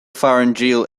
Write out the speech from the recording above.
pharyngeal